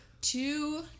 two